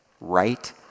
right